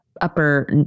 upper